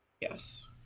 Yes